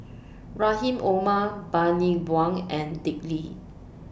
Rahim Omar Bani Buang and Dick Lee